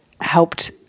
helped